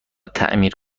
تعمیر